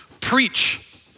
preach